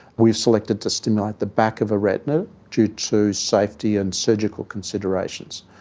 we've selected to stimulate the back of a retina due to safety and surgical considerations.